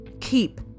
Keep